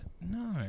No